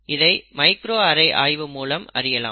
இதை micro array ஆய்வு மூலம் அறியலாம்